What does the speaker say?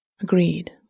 agreed